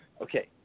okay